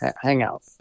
hangout